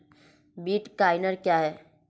Bitcoin क्या है?